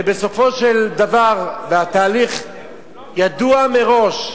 ובסופו של דבר, והתהליך ידוע מראש,